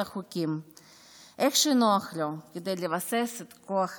החוקים איך שנוח לו כדי לבסס את כוח השררה.